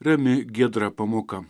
rami giedra pamoka